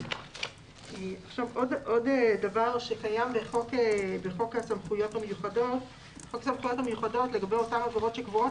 עוד דבר שקיים בחוק הסמכויות המיוחדות לגבי אותן עבירות שקבועות.